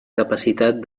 capacitat